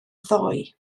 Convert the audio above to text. ddoe